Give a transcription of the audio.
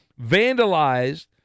vandalized